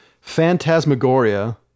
phantasmagoria